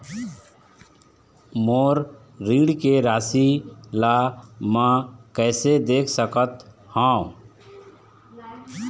मोर ऋण के राशि ला म कैसे देख सकत हव?